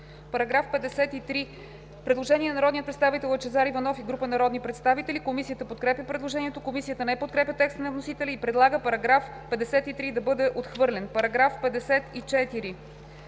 По § 46 има предложение от народния представител Лъчезар Иванов и група народни представители. Комисията подкрепя предложението. Комисията не подкрепя текста на вносителя и предлага § 46 да бъде отхвърлен. По § 47